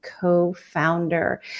co-founder